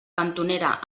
cantonera